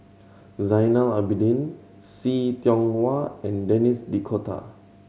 Zainal Abidin See Tiong Wah and Denis D'Cotta